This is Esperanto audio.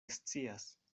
scias